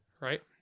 Right